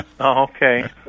Okay